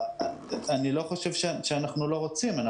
אני לא חושב שאנחנו לא רוצים.